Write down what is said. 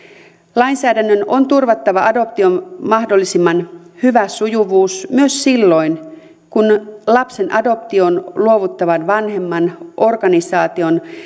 lainsäädännön on turvattava adoption mahdollisimman hyvä sujuvuus myös silloin kun lapsen adoptioon luovuttavan vanhemman organisaation